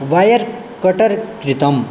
wire cutter क्रीतम्